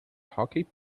hockey